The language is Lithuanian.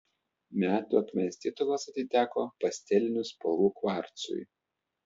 metų akmens titulas atiteko pastelinių spalvų kvarcui